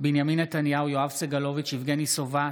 בנימין נתניהו, יואב סגלוביץ'; יבגני סובה.